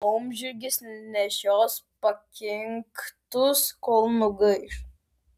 laumžirgis nešios pakinktus kol nugaiš